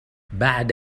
بعد